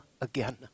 again